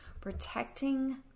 Protecting